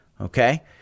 Okay